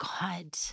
God